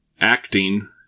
acting